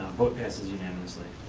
vote passes unanimously.